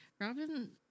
Robin